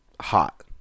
hot